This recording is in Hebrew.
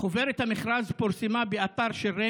אבל נהוג בשבוע האחרון של הכנסת לעבוד בסגנון הזה.